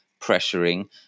pressuring